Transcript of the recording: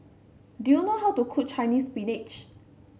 do you know how to cook Chinese Spinach